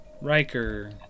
Riker